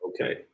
okay